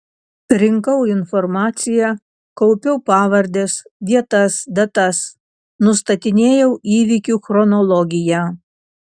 rinkau informaciją kaupiau pavardes vietas datas nustatinėjau įvykių chronologiją